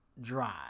drive